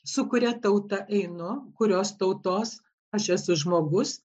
su kuria tauta einu kurios tautos aš esu žmogus